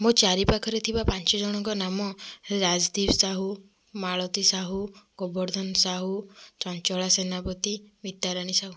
ମୋ ଚାରିପାଖରେ ଥିବା ପାଞ୍ଚଜଣଙ୍କ ନାମ ରାଜଦୀପ ସାହୁ ମାଳତି ସାହୁ ଗୋବର୍ଦ୍ଧନ ସାହୁ ଚଞ୍ଚଳା ସେନାପତି ମିତାରାଣୀ ସାହୁ